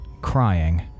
crying